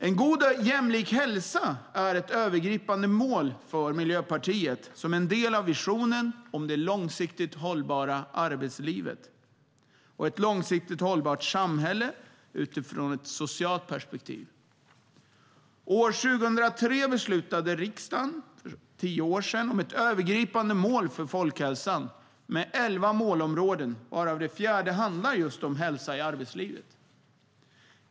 En god och jämlik hälsa är ett övergripande mål för Miljöpartiet som en del av visionen om det långsiktigt hållbara arbetslivet och ett långsiktigt hållbart samhälle utifrån ett socialt perspektiv. År 2003, för tio år sedan, beslutade riksdagen om ett övergripande mål för folkhälsan med elva målområden varav det fjärde handlar just om hälsa i arbetslivet.